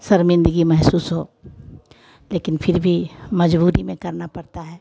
शर्मिंदगी महसूस हो लेकिन फिर भी मजबूरी में करना पड़ता है